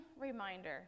reminder